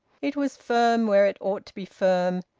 it was firm where it ought to be firm,